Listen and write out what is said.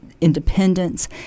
independence